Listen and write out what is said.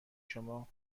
شما